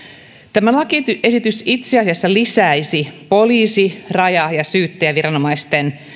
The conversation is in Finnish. tämä lakiesitys itse asiassa lisäisi poliisi raja ja syyttäjäviranomaisten